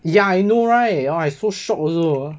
ya I know right I so shocked also